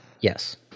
Yes